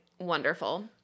wonderful